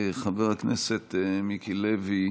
חבר הכנסת מיקי לוי,